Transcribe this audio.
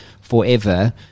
forever